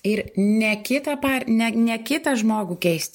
ir ne kitą par ne ne kitą žmogų keist